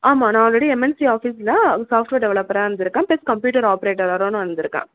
ஆமாம் நான் already MNC ஆஃபீஸ்சில் சாப்ட்வேர் டெவலப்பராக இருந்திருக்கேன் பிளஸ் கம்ப்யூட்டர் ஆபரேட்டரராகவும் இருந்திருக்கேன்